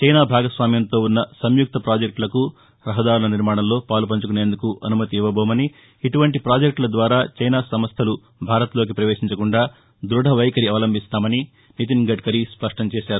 China భాగస్వామ్యంతో ఉన్న సంయుక్త ప్రాజెక్టులకు రహదారుల నిర్మాణంలో పాలుపంచుకునేందుకు అనుమతి ఇవ్వబోమని ఇటువంటి పాజెక్టుల ద్వారా చైనా సంస్టలు భారత్లోకి ప్రపేశించకుండా దృఢ వైఖరి అవలంబిస్తాయని నితిన్ గడ్కరీ స్పష్టం చేశారు